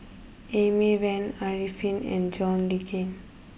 Amy Van Arifin and John Le Cain